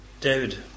David